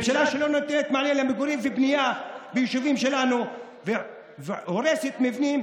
ממשלה שלא נותנת מענה למגורים ובנייה ביישובים שלנו והורסת מבנים